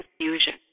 confusion